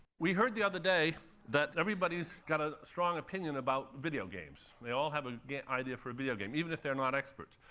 we heard the other day that everybody's got a strong opinion about video games. they all have ah an idea for a video game, even if they're not experts.